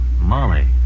Molly